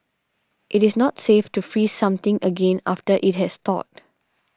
it is not safe to freeze something again after it has thawed